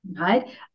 right